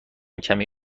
کمی